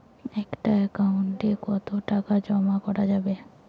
একটা একাউন্ট এ কতো টাকা জমা করা যাবে?